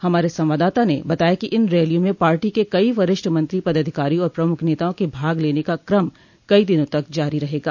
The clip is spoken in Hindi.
हमारे संवाददाता ने बताया कि इन रैलियों में पार्टी के कई वरिष्ठ मंत्री पदाधिकारी और प्रमुख नेताओं के भाग लेने का क्रम कई दिनों तक जारी रहेगा